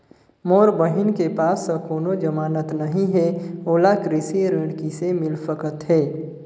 मोर बहिन के पास ह कोनो जमानत नहीं हे, ओला कृषि ऋण किसे मिल सकत हे?